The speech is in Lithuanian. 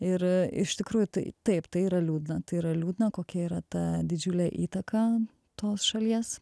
ir iš tikrųjų tai taip tai yra liūdna tai yra liūdna kokia yra ta didžiulė įtaka tos šalies